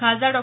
खासदार डॉ